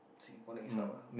Singapore next hub ah